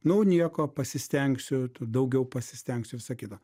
nu nieko pasistengsiu daugiau pasistengsiu visa kita